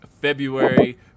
February